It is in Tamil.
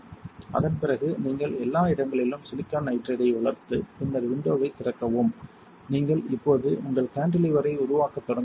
அதன் பிறகு நீங்கள் எல்லா இடங்களிலும் சிலிக்கான் நைட்ரைடை வளர்த்து பின்னர் விண்டோவை திறக்கவும் நீங்கள் இப்போது உங்கள் கான்டிலீவரை உருவாக்கத் தொடங்குகிறீர்கள்